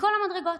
מכל המדרגות.